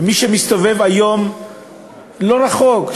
ומי שמסתובב היום לא רחוק,